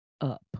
up